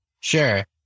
sure